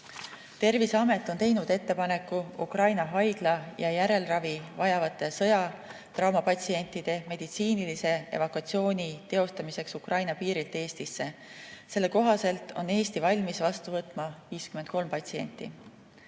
Terviseamet on teinud ettepaneku haigla- ja järelravi vajavate sõjatraumaga patsientide meditsiinilise evakuatsiooni teostamiseks Ukraina piirilt Eestisse. Selle kohaselt on Eesti valmis vastu võtma 53 patsienti.